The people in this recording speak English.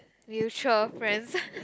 mutual friends